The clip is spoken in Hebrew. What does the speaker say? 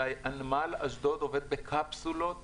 נמל אשדוד עובד בקפסולות,